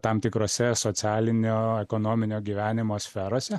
tam tikrose socialinio ekonominio gyvenimo sferose